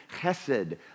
chesed